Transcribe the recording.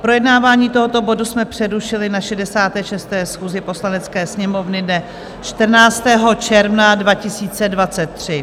Projednávání tohoto bodu jsme přerušili na 66. schůzi Poslanecké sněmovny dne 14. června 2023.